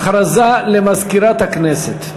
הכרזה למזכירת הכנסת.